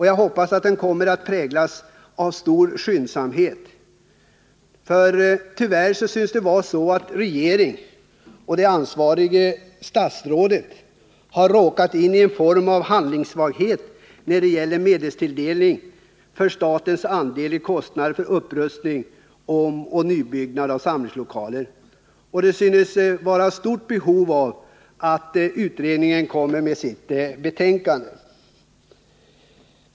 Jag hoppas att det kommer att präglas av stor skyndsamhet, för tyvärr synes regeringen och det ansvariga statsrådet ha råkat i någon form av ”handlingssvaghet” när det gäller medelstilldelningen för statens andel i kostnaden för upprustning, omoch nybyggnad av samlingslokaler, och det synes vara ett stort behov av att utredningen kommer med sitt betänkande.